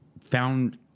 found